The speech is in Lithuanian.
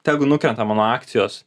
tegu nukrenta mano akcijos